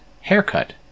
haircut